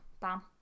bam